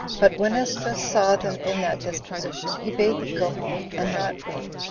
but when esdras saw them in that disposition, he bade them go home, and not weep,